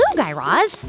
um guy raz.